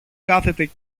κάθεται